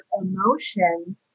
emotion